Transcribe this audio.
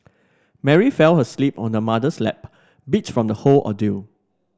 Mary fell asleep on her mother's lap beat from the whole ordeal